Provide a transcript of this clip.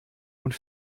und